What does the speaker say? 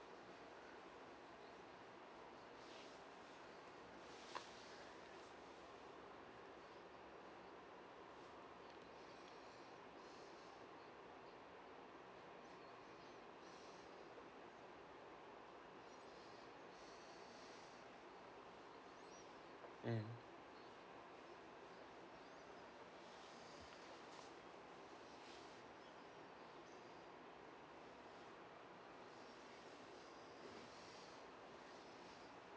mm